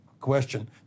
question